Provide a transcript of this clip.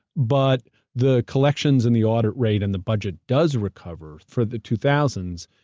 but the collections, and the audit rate, and the budget does recover for the two thousand